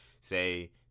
say